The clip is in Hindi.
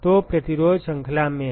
तो प्रतिरोध श्रृंखला में हैं